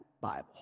Bible